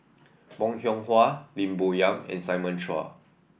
Bong Hiong Hwa Lim Bo Yam and Simon Chua